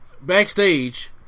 backstage